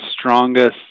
strongest